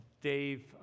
Dave